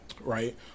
right